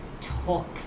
talk